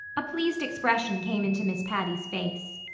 a pleased expression came into miss patty's face.